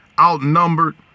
outnumbered